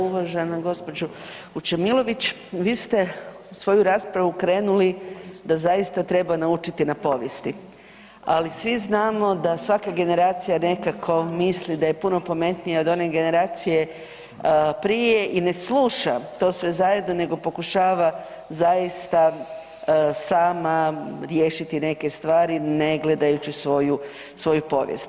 Uvažena gospođo Vučemilović vi ste u svoju raspravu krenuli da zaista treba naučiti na povijesti, ali svi znamo da svaka generacija nekako misli da je puno pametnija od one generacije prije i ne sluša to sve zajedno, nego pokušava zaista sama riješiti neke stvari ne gledajući svoju povijest.